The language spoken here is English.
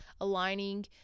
aligning